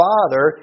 Father